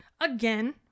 Again